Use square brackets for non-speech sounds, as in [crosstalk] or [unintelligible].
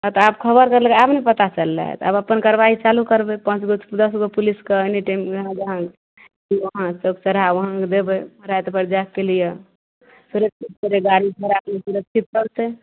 हाँ तऽ आब खबर करलक आब नहि पता चललय तऽ आब अपन कारवाही चालू करबय पाँच गो दस गो पुलिसके एनी टाइम जहाँ जहाँ उहाँ [unintelligible] चौक चौरहा उहाँ देबय राति भरि जाइके लिअ सुरक्षित गाड़ी घोड़ा [unintelligible] सुरक्षित करतय